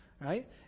right